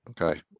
Okay